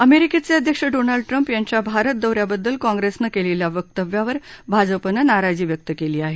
अमेरिकेचे अध्यक्ष Donald Trump यांच्या भारत दौऱ्याबद्दल काँग्रेसनं केलेल्या वक्तव्यावर भाजपनं नाराजी व्यक्त केली आहे